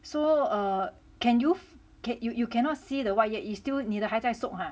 so err can you can you you cannot see the what yet 你的还在 soak ah